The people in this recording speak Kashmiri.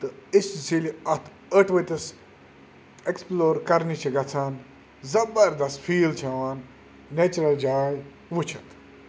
تہٕ أسۍ حظ ییٚلہِ اَتھ ٲٹھ ؤتِس اٮ۪کٕسپٕلور کَرنہِ چھِ گَژھان زَبردَست فیٖل چھِ یِوان نیچرَل جاے وٕچھِتھ